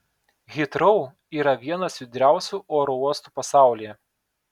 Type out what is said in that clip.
hitrou yra vienas judriausių oro uostų pasaulyje